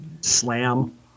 slam